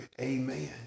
Amen